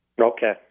Okay